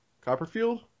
Copperfield